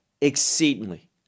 exceedingly